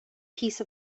piece